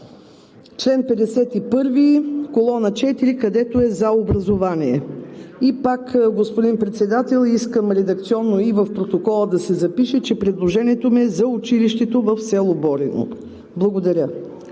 чл. 51, колона 4, където е за образование. И пак, господин Председател, искам редакционно и в протокола да се запише, че предложението ми е за училището в село Борино. Благодаря.